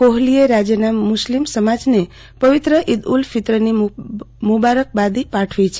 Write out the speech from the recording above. કોહલીએ રાજ્યના મુસ્લિમ સમાજને પવિત્ર ઇદ ઉલ ફિત્રની મુબારકબાદી પાઠવી છે